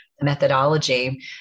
methodology